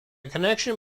connection